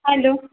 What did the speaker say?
hello